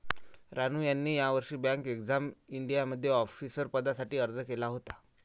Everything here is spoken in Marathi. रानू यांनी यावर्षी बँक एक्झाम इंडियामध्ये ऑफिसर पदासाठी अर्ज केला होता